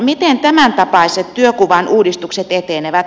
miten tämäntapaiset työkuvan uudistukset etenevät